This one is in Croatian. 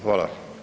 Hvala.